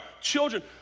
children